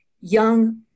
young